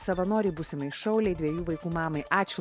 savanorei būsimai šaulei dviejų vaikų mamai ačiū